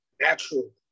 natural